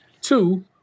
two